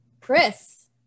Chris